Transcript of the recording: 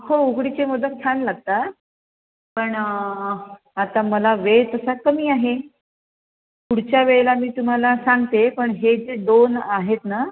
हो उकडीचे मोदक छान लागतात पण आता मला वेळ तसा कमी आहे पुढच्या वेळेला मी तुम्हाला सांगते पण हे जे दोन आहेत ना